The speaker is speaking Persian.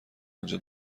انجا